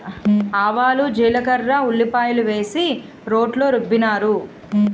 ఆవాలు జీలకర్ర ఉల్లిపాయలు వేసి రోట్లో రుబ్బినారు